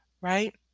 right